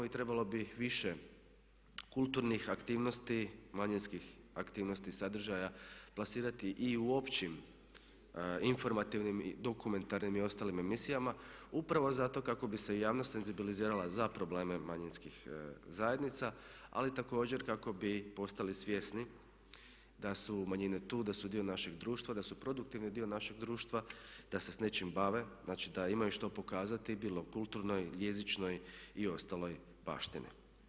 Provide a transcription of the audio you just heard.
I trebalo bi više kulturnih aktivnosti manjinskih aktivnosti i sadržaja plasirati i u općim informativnim i dokumentarnim i ostalim emisijama upravo zato kako bi se javnost senzibilizirala za probleme manjinskih zajednica ali također kako bi postali svjesni da su manjine tu, da su dio našeg društva, da su produktivni dio našeg društva i da se s nečim bave, znači da imaju što pokazati bilo kulturno, jezično i ostaloj baštini.